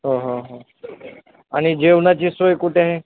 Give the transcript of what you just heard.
हो हो हो आणि जेवणाची सोय कुठे आहे